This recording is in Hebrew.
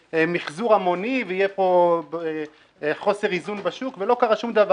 מחזור המוני וחוסר איזון בשוק ולא קרה שום דבר.